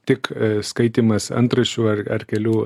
tik skaitymas antraščių ar ar kelių